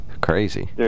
Crazy